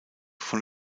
von